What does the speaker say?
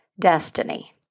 destiny